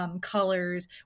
Colors